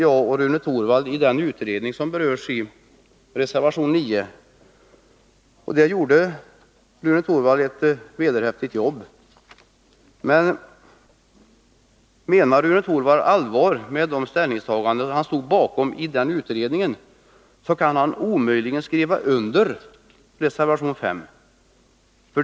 Jag och Rune Torwald satt med i den utredning som berörs i reservation 9. Där gjorde Rune Torwald ett vederhäftigt jobb. Men menar Rune Torwald allvar med de ställningstaganden han stod bakom i den utredningen kan han omöjligen skriva under reservation 5.